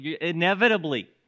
Inevitably